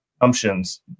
assumptions